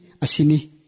asini